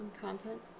content